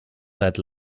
that